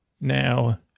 Now